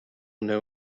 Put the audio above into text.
know